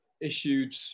issued